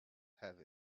have